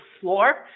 floor